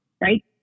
right